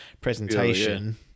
presentation